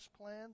plan